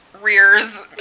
rears